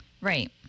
Right